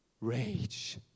Rage